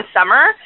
summer